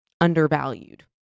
undervalued